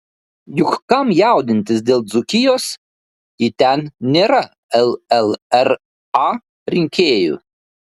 juk kam jaudintis dėl dzūkijos jei ten nėra llra rinkėjų